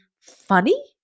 funny